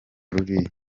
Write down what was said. ruriya